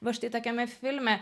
va štai tokiame filme